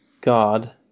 God